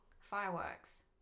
Fireworks